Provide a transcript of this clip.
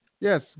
Yes